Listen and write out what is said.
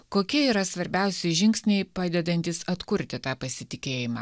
kokie yra svarbiausi žingsniai padedantys atkurti tą pasitikėjimą